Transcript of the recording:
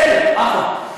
בסדר, אחלה.